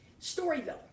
Storyville